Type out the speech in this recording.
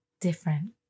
different